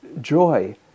joy